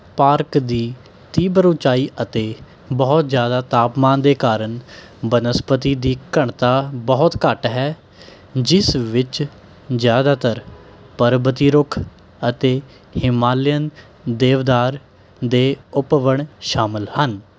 park ਦੀ ਤੀਬਰ ਉੱਚਾਈ ਅਤੇ ਬਹੁਤ ਜ਼ਿਆਦਾ ਤਾਪਮਾਨ ਦੇ ਕਾਰਨ ਬਨਸਪਤੀ ਦੀ ਘਣਤਾ ਬਹੁਤ ਘੱਟ ਹੈ ਜਿਸ ਵਿੱਚ ਜ਼ਿਆਦਾਤਰ ਪਰਬਤੀ ਰੁੱਖ ਅਤੇ ਹਿਮਾਲਿਅਨ ਦੇਵਦਾਰ ਦੇ ਉਪਵਣ ਸ਼ਾਮਲ ਹਨ